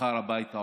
שכר הביתה,